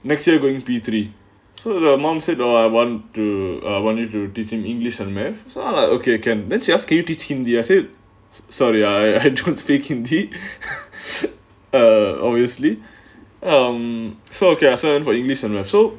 next year going P three so the mom said all I want to err wanted to teaching english and maths lah like okay can then she ask you teach hindi I said then sorry I entrance fee can teach err obviously I'm so okay excellent for english and wrestle